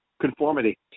conformity